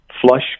flush